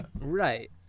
Right